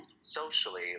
socially